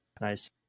Nice